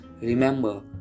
Remember